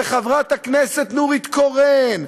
וחברת הכנסת נורית קורן,